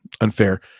unfair